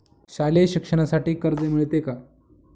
शालेय शिक्षणासाठी कर्ज मिळते का?